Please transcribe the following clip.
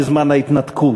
בזמן ההתנתקות.